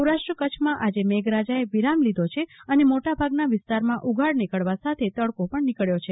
સોરાષ્ટ્ર કરછમાં આજે મેઘરાજાએ વિરામ લીધો છે અને મોટા ભાગના વિસ્તારમાં ઉઘાડ નીકળવા સાથે ત્સકો પણ નીકળ્યો છે